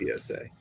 PSA